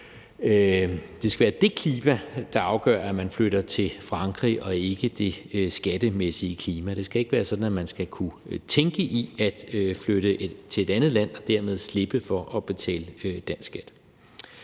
det skal være det klima, der afgør, at man flytter til Frankrig – og ikke det skattemæssige klima. Det skal ikke være sådan, at man skal kunne tænke i at flytte til et andet land og dermed slippe for at betale dansk skat.